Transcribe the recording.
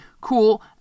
cool